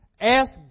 Ask